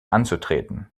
anzutreten